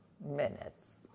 minutes